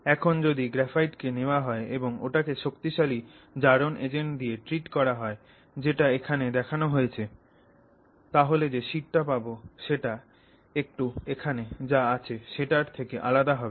এখন যদি গ্রাফাইট কে নেওয়া হয় এবং ওটাকে শক্তিশালী জারণ এজেন্ট দিয়ে ট্রিট করা হয় যেটা এখানে দেখানো হয়েছে তাহলে যে শিটটা পাবো সেটা একটু এখানে যা আছে সেটার থেকে আলাদা হবে